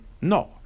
No